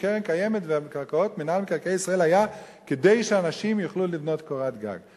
שקרן קיימת ומינהל מקרקעי ישראל היו כדי שאנשים יוכלו לבנות קורת גג.